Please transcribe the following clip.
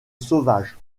sauvage